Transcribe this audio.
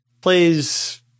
plays